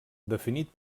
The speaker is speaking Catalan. definit